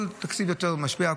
כל תקציב יותר משפיע,